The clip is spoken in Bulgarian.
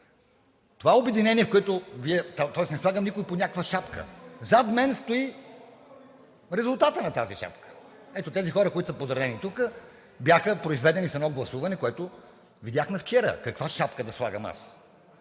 не обединявам, тоест не слагам никой под някаква шапка. Зад мен стои резултатът на тази шапка. Ето тези хора, които са подредени тук, бяха произведени с едно гласуване, което видяхме вчера. Каква шапка да слагам аз?